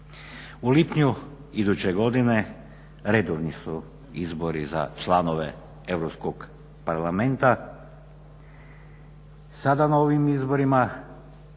U lipnju iduće godine redovni su izbori za članove Europskog parlamenta.